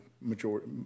majority